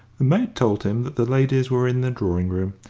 the maid told him that the ladies were in the drawing-room,